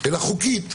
אלא חוקית.